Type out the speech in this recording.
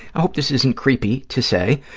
i hope this isn't creepy to say.